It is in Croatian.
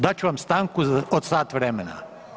Dat ću vam stanku od sat vremena.